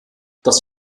das